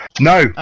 no